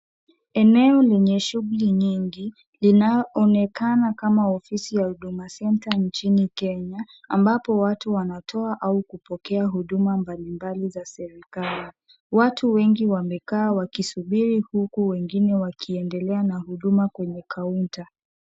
Eneo lenye shughuli nyingi, linaonekana kama ofisi ya Huduma Centre nchini Kenya ambapo watu wanatoa au kupokea huduma mbalimbali za serikali. Watu wengi wamekaa wakisubiri huku wengine wakiendelea na huduma kwenye kaunta.